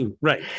Right